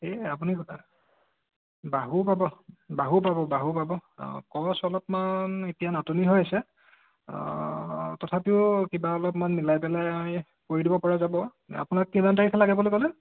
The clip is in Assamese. এই আপুনি বাহু পাব বাহু পাব বাহু পাব অঁ কছ অলপমান এতিয়া নাটনি হৈ আছে তথাপিও কিবা অলপমান মিলাই পেলাই কৰি দিব পৰা যাব আপোনাক কিমান তাৰিখে লাগে বুলি ক'লে